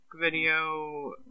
video